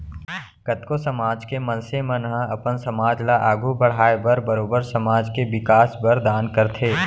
कतको समाज के मनसे मन ह अपन समाज ल आघू बड़हाय बर बरोबर समाज के बिकास बर दान करथे